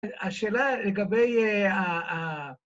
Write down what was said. השאלה לגבי אה... ה... ה...